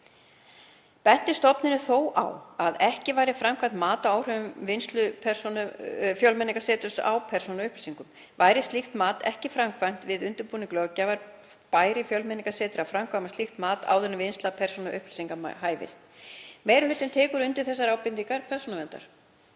Benti stofnunin þó á að ekki væri framkvæmt mat á áhrifum vinnslu Fjölmenningarseturs á persónuupplýsingum. Væri slíkt mat ekki framkvæmt við undirbúning löggjafar bæri Fjölmenningarsetri að framkvæma slíkt mat áður en vinnsla persónuupplýsinga hæfist. Meiri hlutinn tekur undir þessa ábendingu Persónuverndar.